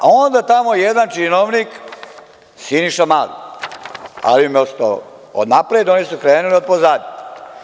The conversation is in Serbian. Onda tamo jedan činovnik Siniša Mali, ali je ostao od napred, a oni su krenuli od pozadi.